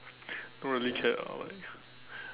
don't really care ah like